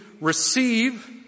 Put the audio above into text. receive